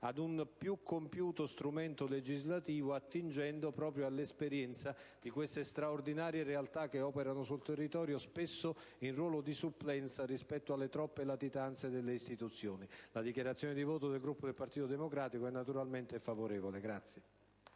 ad un più compiuto strumento legislativo, attingendo proprio all'esperienza di queste straordinarie realtà che operano sul territorio, spesso in ruolo di supplenza rispetto alle troppe latitanze delle istituzioni. Il voto del Gruppo del Partito Democratico sarà naturalmente favorevole.